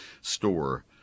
store